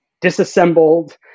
disassembled